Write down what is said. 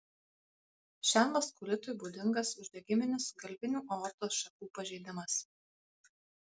šiam vaskulitui būdingas uždegiminis galvinių aortos šakų pažeidimas